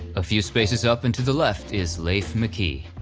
a few spaces up and to the left is lafe mckee.